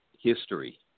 history